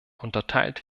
unterteilt